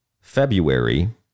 February